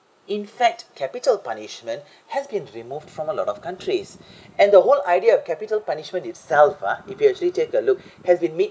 in fact capital punishment has been removed from a lot of countries and the whole idea of capital punishment itself ah if you actually take a look has been made